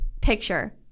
picture